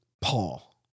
Paul